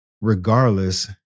regardless